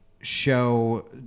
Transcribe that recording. show